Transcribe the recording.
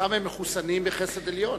שם הם מחוסנים בחסד עליון.